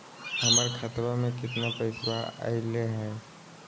हमर खतवा में कितना पैसवा अगले हई?